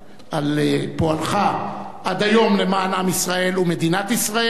על פועלך עד היום למען עם ישראל ומדינת ישראל,